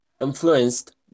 influenced